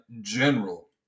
general